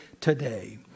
today